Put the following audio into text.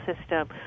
system